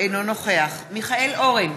אינו נוכח מיכאל אורן,